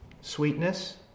Sweetness